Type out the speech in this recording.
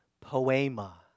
poema